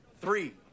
three